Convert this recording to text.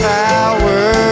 power